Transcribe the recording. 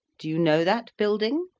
do you know that building?